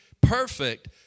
perfect